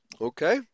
Okay